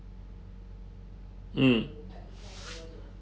mm